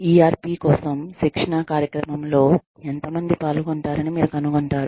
ERP కోసం శిక్షణా కార్యక్రమంలో ఎంతమంది పాల్గొంటారని మీరు కనుగొంటారు